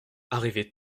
arrivés